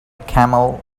camel